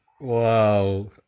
Wow